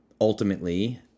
ultimately